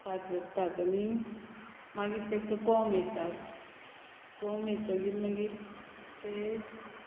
पाजरतात आनी मागीर तेका कोंब येता कोंब येतगीर मागीर तें